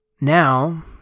Now